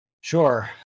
Sure